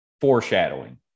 Foreshadowing